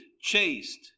chaste